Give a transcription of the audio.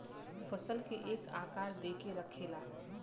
फसल के एक आकार दे के रखेला